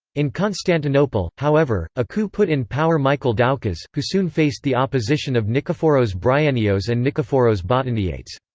in constantinople, however, a coup put in power michael doukas, who soon faced the opposition of nikephoros bryennios and nikephoros botaneiates.